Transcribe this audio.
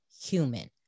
human